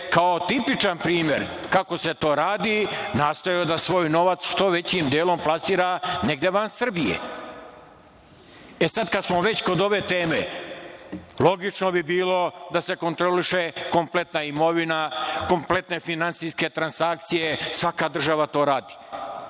kao tipičan primer kako se to radi nastojao da svoj novac što većim delom plasira negde van Srbije. E, sada kada smo već kod ove teme, logično bi bilo da se kontroliše kompletna imovina, kompletne finansijske transakcije. Svaka država to radi.